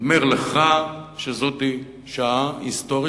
אומר לך שזאת שעה היסטורית,